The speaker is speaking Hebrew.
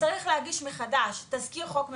צריך להגיש מחדש תזכיר חוק ממשלתי,